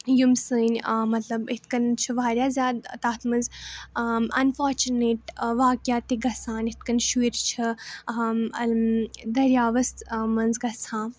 یِم سٲنۍ مطلب یِتھٕ کٔنۍ چھُ واریاہ زیادٕ تَتھ منٛز اَنفارچُنیٹ واقع تہِ گژھان یِتھٕ کٔنۍ شُرۍ چھِ دٔریاوَس منٛز گژھان